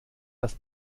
das